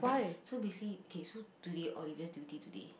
so basically okay so today Olivia's duty today